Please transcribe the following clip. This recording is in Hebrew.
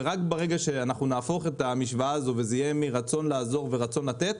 ורק ברגע שנהפוך את המשוואה הזאת וזה יהיה מרצון לעזור ורצון לתת,